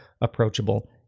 approachable